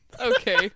Okay